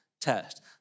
test